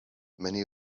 many